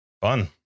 Fun